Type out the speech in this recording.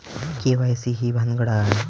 KYC ही भानगड काय?